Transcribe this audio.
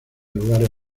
lugares